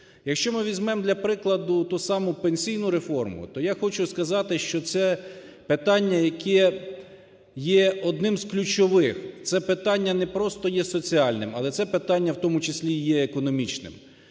Якщо ми візьмемо для прикладу ту саму пенсійну реформу, то я хочу сказати, що це питання, яке є одним з ключових, це питання не просто є соціальним, але це питання в тому числі є економічним.